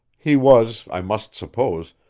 he was, i must suppose,